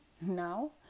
now